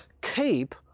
keep